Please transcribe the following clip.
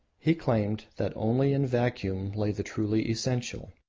he claimed that only in vacuum lay the truly essential.